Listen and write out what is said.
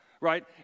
right